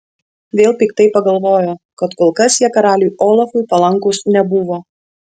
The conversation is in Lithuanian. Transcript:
vėl piktai pagalvojo kad kol kas jie karaliui olafui palankūs nebuvo